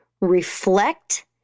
reflect